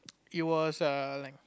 it was err like